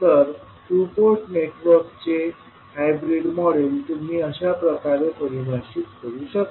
तर two port नेटवर्कचे hybrid model तुम्ही अशाप्रकारे परिभाषित करू शकता